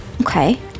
Okay